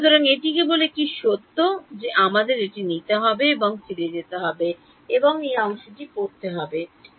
সুতরাং এটি কেবল একটি সত্য যে আমাদের এটি নিতে হবে এবং ফিরে যেতে হবে এবং এই অংশটি পড়তে হবে